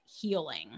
healing